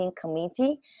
Committee